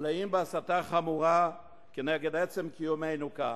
המלאים בהסתה חמורה כנגד עצם קיומנו כאן.